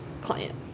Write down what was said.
client